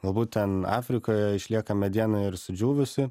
galbūt ten afrikoje išlieka mediena ir sudžiūvusi